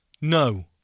No